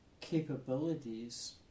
capabilities